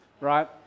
right